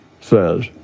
says